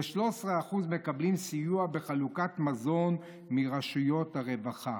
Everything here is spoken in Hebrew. ו-13% מקבלים סיוע בחלוקת מזון מרשויות הרווחה.